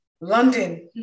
London